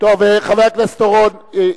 חבר הכנסת אורון,